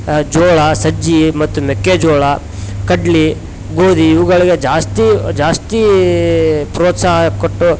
ಜೋಳ ಸಜ್ಜೆ ಮತ್ತು ಮೆಕ್ಕೆಜೋಳ ಕಡ್ಲೆ ಗೋಧಿ ಇವುಗಳಿಗೆ ಜಾಸ್ತಿ ಜಾಸ್ತಿ ಪ್ರೋತ್ಸಾಹ ಕೊಟ್ಟು